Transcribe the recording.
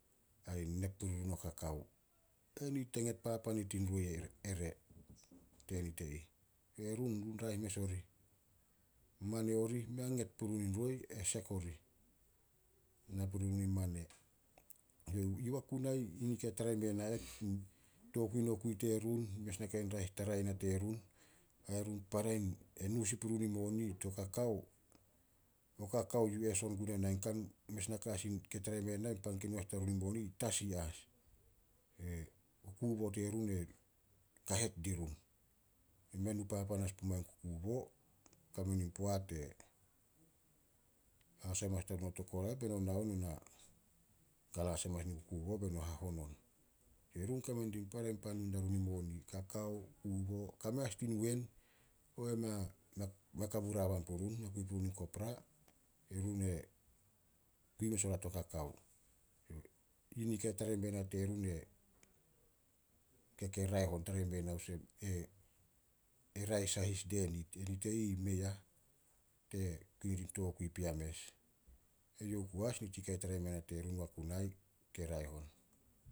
ai nep puri run o kakao. Enit te nget papan nit i roi ere, tenit e ih. Terun raeh mes orih. Mane orih mea nget purun in roi, e sek orih, na puri run in mane. Wakunai yi nika tara i me na eh. Tokui nokui terun, mes nakai raeh tara yana terun, e nu sin puri run in moni to kakao, o kakao yu eh son guna, mes naka as kei tara i me na pan ke nu darun in moni i tasi as. Kukubo terun e kahet dirun. Mei nu papan as pumao kukubo, kame nin poat haso hamanas diba run tok orait be no na galas amanas ni kukubo be no na hahon on. Run kame di pan in para nu dia run in moni, kakao, kukubo, kame as din wen, koba mei a kabura haban purun mea kui purun in kobra. Erun e kui mes oria to kakao. Yi nika tara i mea na terun ke raeh on, e raeh sahis die nit, enit e ih, mei ah. Te kui nit in tokui pea mes. Eyouh oku as nika kei tara imea na Wakunai, ke raeh on.